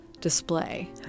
display